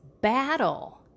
battle